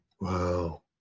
Wow